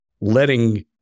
letting